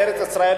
לארץ-ישראל,